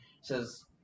says